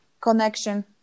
connection